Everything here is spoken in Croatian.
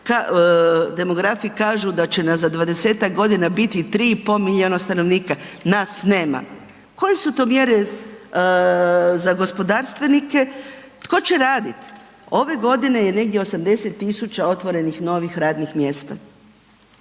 Demografi kažu da će nas za 20-tak godina biti 3 i pol milijuna stanovnika. Nas nema. Koje su to mjere za gospodarstvenike, tko će raditi? Ove godine je negdje 80 tisuća otvorenih novih radnim mjesta.